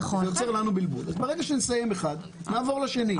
ברגע שנסיים אחד, נעבור לשני.